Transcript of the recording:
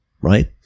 right